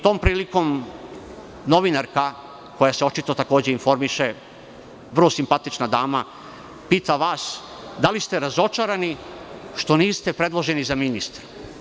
Tom prilikom novinarka, koja se očito takođe informiše, vrlo simpatična dama, pita vas – da li ste razočarani što niste predloženi za ministra?